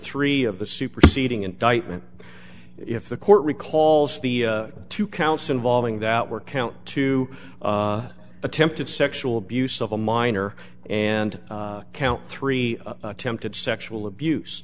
three of the superseding indictment if the court recalls the two counts involving that were count two attempted sexual abuse of a minor and count three attempted sexual abuse